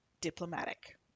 Diplomatic